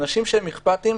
אנשים שהם אכפתיים